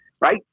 Right